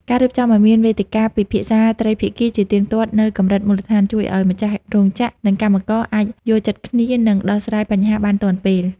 ការរៀបចំឱ្យមានវេទិកាពិភាក្សាត្រីភាគីជាទៀងទាត់នៅកម្រិតមូលដ្ឋាន ជួយឱ្យម្ចាស់រោងចក្រ និងកម្មករអាចយល់ចិត្តគ្នា និងដោះស្រាយបញ្ហាបានទាន់ពេល។